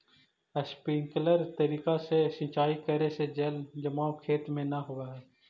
sprinkler तरीका से सिंचाई करे से जल जमाव खेत में न होवऽ हइ